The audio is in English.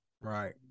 Right